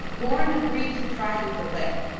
born agreed to try to delay,